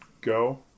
go